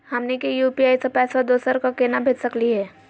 हमनी के यू.पी.आई स पैसवा दोसरा क केना भेज सकली हे?